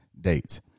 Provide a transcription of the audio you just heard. Dates